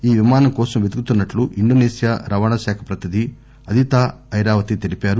ఈ విమానం కోసం పెతుకుతున్నట్లు ఇండోసేషియా రవాణా శాఖ ప్రతినిధి అధిత ఇరావతి తెలిపారు